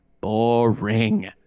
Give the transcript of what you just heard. boring